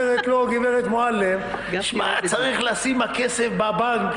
אומרת לו גב' מועלם: צריך לשים את הכסף בבנק,